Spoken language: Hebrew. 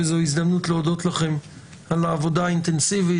וזאת הזדמנות להודות לכם על העבודה האינטנסיבית,